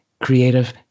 creative